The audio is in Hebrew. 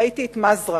ראיתי את "מזרע".